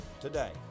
today